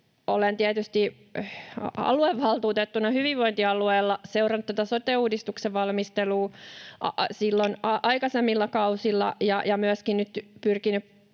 olen tietysti aluevaltuutettuna hyvinvointialueella seurannut tätä sote-uudistuksen valmistelua silloin aikaisemmilla kausilla ja myöskin nyt pyrkinyt